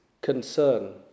concern